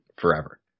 forever